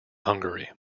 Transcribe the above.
hungary